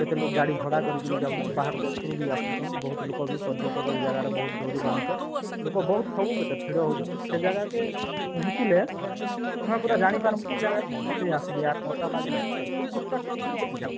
କେତେ ଲୋକ ଗାଡ଼ି ଭଡ଼ା କରିକି ବି ଯାଉଛନ୍ ବାହାର ଦେଶରୁ ବି ଆସୁଛନ୍ ବହୁତ ଲୋକ ବି ପର୍ଯ୍ୟଟକ ଏଇ ଜାଗାରେ ବହୁତ ଡୋରି ବାନ୍ଧୁଛନ୍ ଲୋକ ବହୁତ ସବୁବେଳେ ଭିଡ଼ ହଉଛନ୍ ସେ ଜାଗାକେ ପହଞ୍ଚିଲେ ତମେ ପୁରା ଜାଣିପାରବ କି ଏଇ ଜାଗାକେ କ'ଣ ପାଇଁ ଆସିଲି ଲୋକ ତ ପିକନିକ୍ ସେଠି ଯାଉଛନ୍